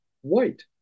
white